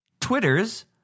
Twitter's